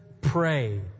pray